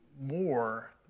more